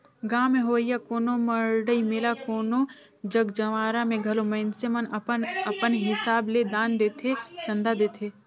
गाँव में होवइया कोनो मड़ई मेला कोनो जग जंवारा में घलो मइनसे मन अपन अपन हिसाब ले दान देथे, चंदा देथे